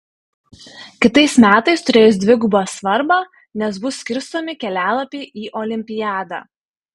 kitais metais turės dvigubą svarbą nes bus skirstomi kelialapiai į olimpiadą